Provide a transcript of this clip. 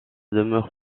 demeure